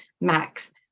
max